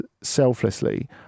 selflessly